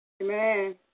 Amen